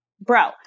bro